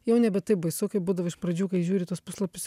jau nebe taip baisu kaip būdavo iš pradžių kai žiūri į tuos puslapius